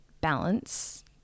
balance